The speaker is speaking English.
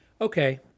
okay